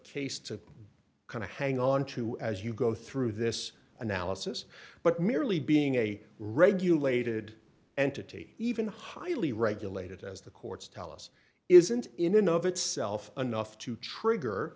to kind of hang on to as you go through this analysis but merely being a regulated entity even highly regulated as the courts tell us isn't in and of itself enough to trigger